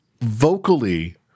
vocally